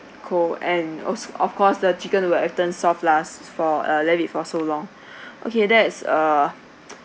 cold and also of course the chicken were turned soft lah for uh left it for so long okay that's uh